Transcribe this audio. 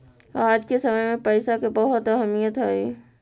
आज के समय में पईसा के बहुत अहमीयत हई